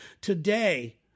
today